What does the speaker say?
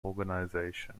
organisation